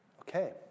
Okay